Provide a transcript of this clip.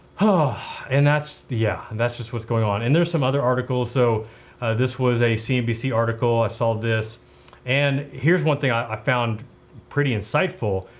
ah and that's yeah, that's just what's going on and there's some other articles. so this was a cnbc article. i saw this and here's one thing i found pretty insightful.